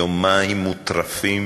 יומיים מוטרפים